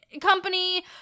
company